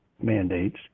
mandates